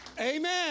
Amen